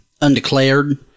Undeclared